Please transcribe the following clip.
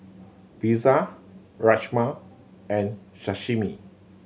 Pizza Rajma and Sashimi